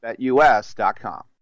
betus.com